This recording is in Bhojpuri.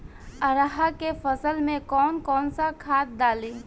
अरहा के फसल में कौन कौनसा खाद डाली?